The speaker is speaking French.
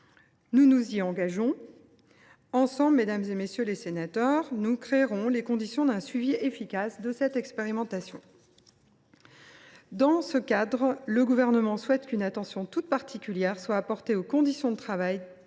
Nous nous engageons auprès de vous, mesdames, messieurs les sénateurs, à créer ensemble les conditions d’un suivi efficace de cette expérimentation. Dans ce cadre, le Gouvernement souhaite qu’une attention toute particulière soit portée aux conditions de travail des